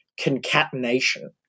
concatenation